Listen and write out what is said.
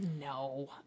No